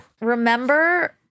Remember